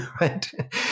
right